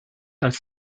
als